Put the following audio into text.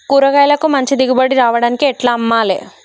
కూరగాయలకు మంచి దిగుబడి రావడానికి ఎట్ల అమ్మాలే?